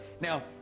Now